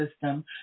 system